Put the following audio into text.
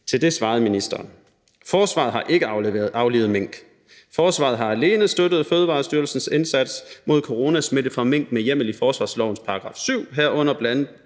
Til det svarede ministeren: »Forsvaret har ikke aflivet mink. Forsvaret har alene støttet Fødevarestyrelsens indsats mod coronasmitte bl.a. med optælling og afslutningssyn. Ministeriet